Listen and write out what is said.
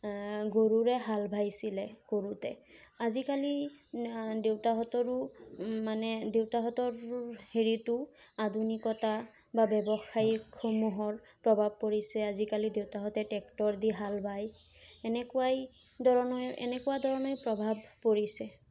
গৰুৰে হাল বাইছিলে সৰুতে আজিকালি দেউতাহঁতৰো মানে দেউতাহঁতৰ হেৰিতো আধুনিকতা বা ব্যৱসায়ীসমূহৰ প্ৰভাৱ পৰিছে আজিকালি দেউতাহঁতে ট্ৰেক্টৰ দি হাল বায় এনেকুৱাই ধৰণৰ এনেকুৱা ধৰণৰ প্ৰভাৱ পৰিছে